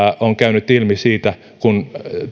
on käynyt ilmi siitä kun